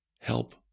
help